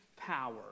Power